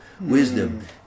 wisdom